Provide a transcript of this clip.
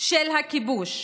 של הכיבוש,